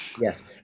Yes